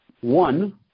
One